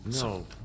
No